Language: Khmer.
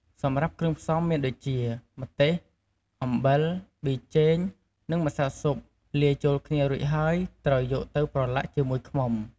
សម្រាប់គ្រឿងផ្សំមានដូចជា ម្ទេស អំបិល ប៊ីចេង និងម្សៅស៊ុប លាយចូលគ្នារួច ហើយត្រូវយកទៅប្រឡាក់ជាមួយឃ្មុំ។